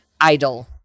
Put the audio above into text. idol